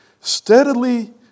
steadily